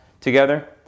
together